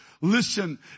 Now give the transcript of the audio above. Listen